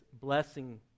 blessing